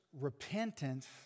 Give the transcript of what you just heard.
repentance